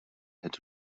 had